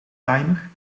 timer